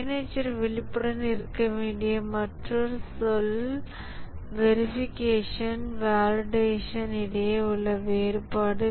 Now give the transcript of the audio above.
manager விழிப்புடன் இருக்க வேண்டிய மற்றொரு சொல் வெரிஃபிகேஷன் வலிடேஷன் இடையே உள்ள வேறுபாடு